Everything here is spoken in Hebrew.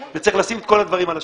וצריך לשים את כל הדברים על השולחן.